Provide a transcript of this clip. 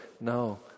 No